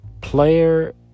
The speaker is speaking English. player